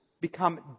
become